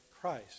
Christ